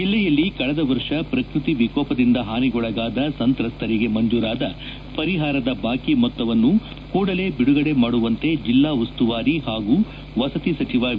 ಜಿಲ್ಲೆಯಲ್ಲಿ ಕಳೆದ ವರ್ಷ ಪ್ರಕೃತಿ ವಿಕೋಪದಿಂದ ಹಾನಿಗೊಳಗಾದ ಸಂತ್ರಸ್ತರಿಗೆ ಮಂಜೂರಾದ ಪರಿಹಾರದ ಬಾಕಿ ಮೊತ್ತವನ್ನ ಕೂಡಲೇ ಬಿಡುಗಡೆ ಮಾಡುವಂತೆ ಜಿಲ್ಲಾ ಉಸ್ತುವಾರಿ ಹಾಗೂ ವಸತಿ ಸಚಿವ ವಿ